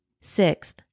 Sixth